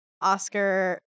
oscar